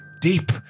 deep